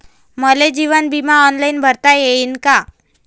मले जीवन बिमा ऑनलाईन भरता येईन का?